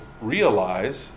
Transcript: realize